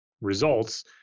results